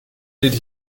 did